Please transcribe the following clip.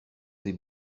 ses